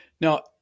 Now